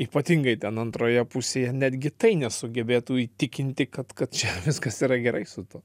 ypatingai ten antroje pusėje netgi tai nesugebėtų įtikinti kad kad čia viskas yra gerai su tuo